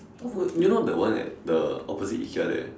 do you know the one at the opposite IKEA there